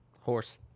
Horse